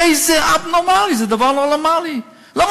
הרי זה אבּנורמלי, זה דבר לא נורמלי.